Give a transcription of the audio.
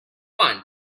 one